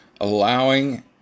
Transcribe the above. allowing